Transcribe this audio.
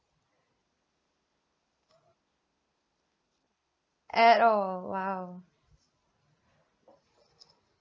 at all !wow!